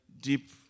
deep